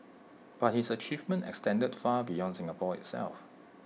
but his achievement extended far beyond Singapore itself